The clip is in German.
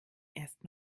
erst